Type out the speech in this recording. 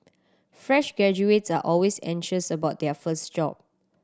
fresh graduates are always anxious about their first job